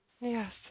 Yes